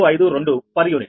452 per unit